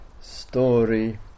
story